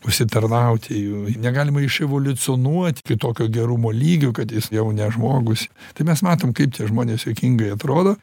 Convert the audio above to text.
užsitarnauti jų negalima iševoliucionuot iki tokio gerumo lygio kad jis jau ne žmogus tai mes matom kaip tie žmonės juokingai atrodo